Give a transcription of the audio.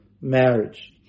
marriage